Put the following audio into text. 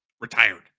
retired